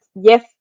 yes